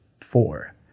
four